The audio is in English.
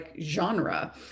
genre